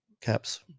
Caps